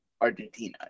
Argentina